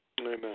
Amen